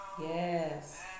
Yes